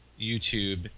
youtube